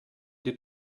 did